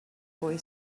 boy